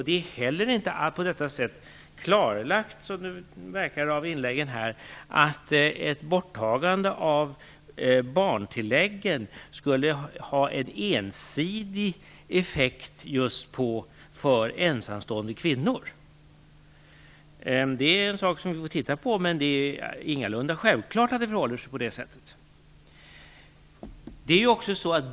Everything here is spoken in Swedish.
Det är heller inte på detta sätt klarlagt, som det verkar av inläggen här, att ett borttagande av barntilläggen skulle ha en ensidig effekt just för ensamstående kvinnor. Det är en sak som vi får titta på, men det är ingalunda självklart att det förhåller sig på det sättet.